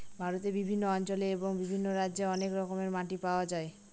ভারতের বিভিন্ন অঞ্চলে এবং বিভিন্ন রাজ্যে অনেক রকমের মাটি পাওয়া যায়